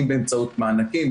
אם באמצעות מענקים,